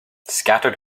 scattered